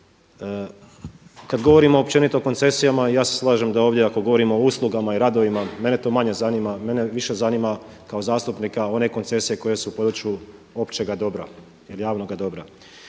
Kad govorimo općenito o koncesijama ja se slažem da ovdje ako govorimo o uslugama i radovima mene to manje zanima. Mene više zanima kao zastupnika one koncesije koje su u području općega dobra ili javnoga dobra.